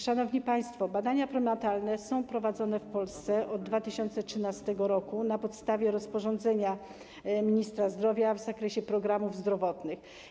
Szanowni państwo, badania prenatalne są prowadzone w Polsce od 2013 r. na podstawie rozporządzenia ministra zdrowia w zakresie programów zdrowotnych.